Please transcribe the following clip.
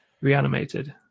reanimated